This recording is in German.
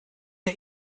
der